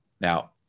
Now